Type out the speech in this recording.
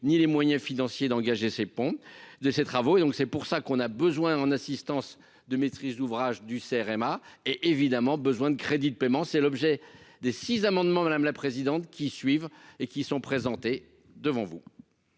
ni les moyens financiers d'engager ses ponts de ces travaux, donc c'est pour ça qu'on a besoin en assistance de maîtrise d'ouvrage du CRM a et évidemment besoin de crédits de paiement, c'est l'objet des 6 amendement madame la présidente, qui suivent et qui sont présentés devant vous.